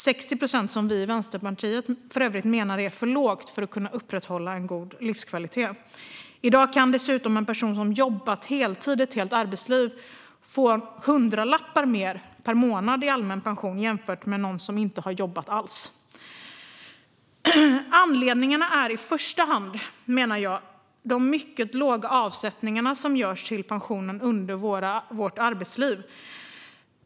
Vi i Vänsterpartiet menar för övrigt att 60 procent är för lågt för att kunna upprätthålla en god livskvalitet. I dag kan dessutom en person som har jobbat heltid ett helt arbetsliv få hundralappar mer per månad i allmän pension jämfört med någon som inte jobbat alls. Anledningarna till detta är i första hand, menar jag, de mycket låga avsättningar som görs till pensionen under vårt arbetsliv.